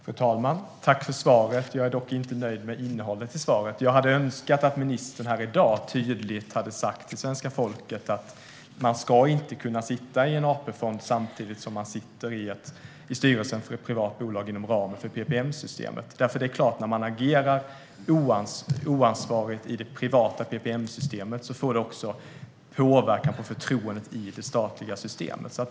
Fru talman! Tack för svaret! Jag är dock inte nöjd med innehållet i svaret. Jag hade önskat att ministern här i dag tydligt hade sagt till svenska folket att man inte ska kunna sitta i en AP-fond samtidigt som man sitter i en styrelse för ett privat bolag inom ramen för PPM-systemet. Det är klart att om man agerar oansvarigt i det privata PPM-systemet får det också påverkan på förtroendet för det statliga systemet.